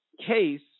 case